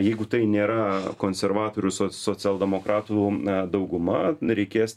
jeigu tai nėra konservatorių socialdemokratų dauguma reikės